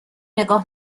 نگاه